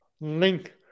link